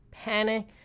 panic